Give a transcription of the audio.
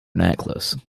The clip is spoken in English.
necklace